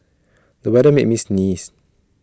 the weather made me sneeze